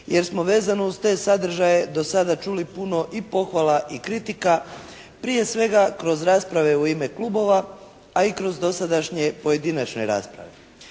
jer smo vezano uz te sadržaje do sada čuli puno i pohvala i kritika prije svega kroz rasprave u ime klubova a i kroz dosadašnje pojedinačne rasprave.